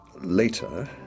Later